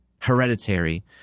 hereditary